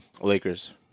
Lakers